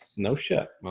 no shit.